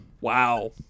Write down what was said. Wow